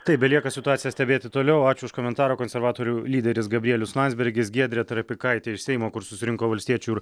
taip belieka situaciją stebėti toliau ačiū už komentarą konservatorių lyderis gabrielius landsbergis giedrė trapikaitė iš seimo kur susirinko valstiečių ir